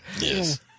Yes